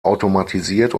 automatisiert